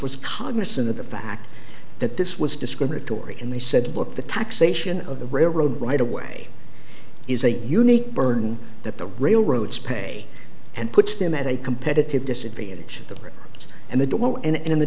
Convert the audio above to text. was cognizant of the fact that this was discriminatory and they said look the taxation of the railroad right away is a unique burden that the railroads pay and puts them at a competitive disadvantage to us and they don't and in the